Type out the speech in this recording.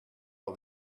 all